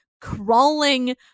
crawling